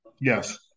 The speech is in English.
Yes